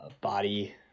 body